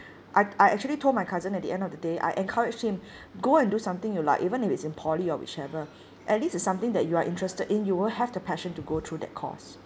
I I actually told my cousin at the end of the day I encouraged him go and do something you like even if it's in poly or whichever at least it's something that you are interested in you will have the passion to go through that course